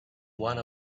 one